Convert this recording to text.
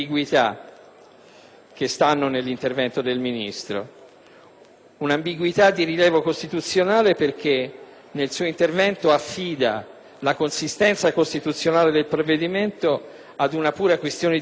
un'ambiguità di rilievo costituzionale, perché nel suo intervento affida la consistenza costituzionale del provvedimento ad una pura questione di fiducia nella volontà politica del Governo e della maggioranza;